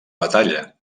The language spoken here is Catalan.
batalla